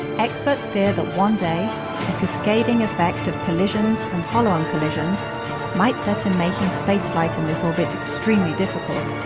experts fear that one day a cascading effect of collisions and follow-on collisions might set in making spaceflight in this orbit extremely difficult.